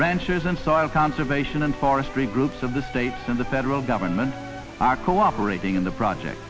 ranchers and soil conservation and forestry groups of the states and the federal government are cooperating in the project